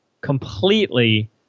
completely